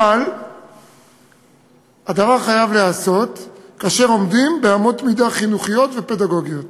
אבל הדבר חייב להיעשות כאשר עומדים באמות מידה חינוכיות ופדגוגיות.